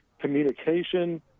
communication